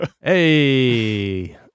Hey